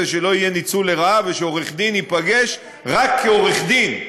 שלא יהיה ניצול לרעה ושעורך-דין ייפגש רק כעורך-דין.